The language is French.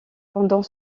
pendant